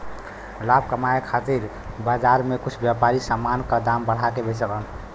लाभ कमाये खातिर बाजार में कुछ व्यापारी समान क दाम बढ़ा के बेचलन